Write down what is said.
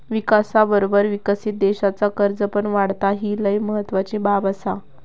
विकासाबरोबर विकसित देशाचा कर्ज पण वाढता, ही लय महत्वाची बाब आसा